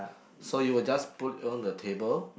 so you will just put it on the table